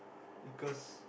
because